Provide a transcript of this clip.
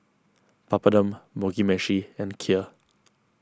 Papadum Mugi Meshi and Kheer